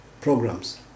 programs